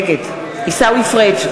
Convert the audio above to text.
נגד עיסאווי פריג'